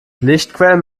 lichtquellen